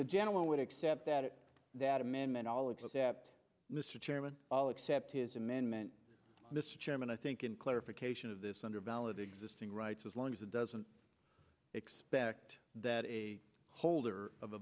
the gentleman would accept that it that amendment all of that mr chairman i'll accept his amendment mr chairman i think in clarification of this under valid existing rights as long as it doesn't expect that a holder of a